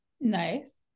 Nice